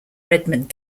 redmond